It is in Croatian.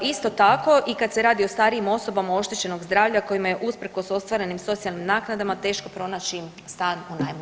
Isto tako i kad se radi o starijim osobama oštećenog zdravlja kojima je usprkos ostvarenim socijalnim naknadama teško pronaći stan u najmu.